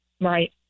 Right